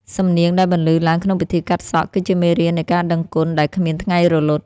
សំនៀងដែលបន្លឺឡើងក្នុងពិធីកាត់សក់ គឺជាមេរៀននៃការដឹងគុណដែលគ្មានថ្ងៃរលត់។